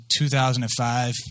2005